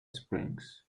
springs